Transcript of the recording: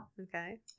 Okay